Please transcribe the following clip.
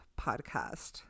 podcast